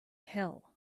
hell